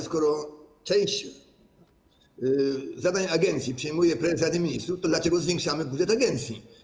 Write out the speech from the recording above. Skoro część zadań agencji przejmuje prezes Rady Ministrów, to dlaczego zwiększamy budżet agencji?